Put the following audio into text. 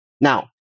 Now